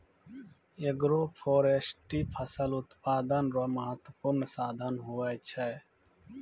agroforestry फसल उत्पादन रो महत्वपूर्ण साधन हुवै छै